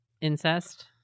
incest